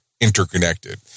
interconnected